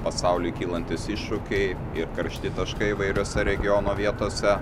pasauly kylantys iššūkiai ir karšti taškai įvairiose regiono vietose